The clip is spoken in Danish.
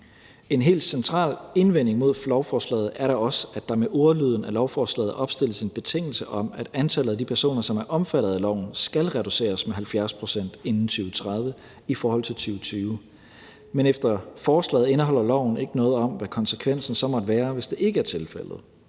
En helt central indvending mod lovforslaget er da også, at der med ordlyden af lovforslaget opstilles en betingelse om, at antallet af de personer, som er omfattet af loven, skal reduceres med 70 pct. inden 2030 i forhold til 2020. Men efter forslaget indeholder loven ikke noget om, hvad konsekvensen så må være, hvis det ikke er tilfældet.